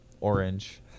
orange